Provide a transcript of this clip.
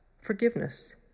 forgiveness